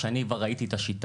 שאני כבר ראיתי את השיטה.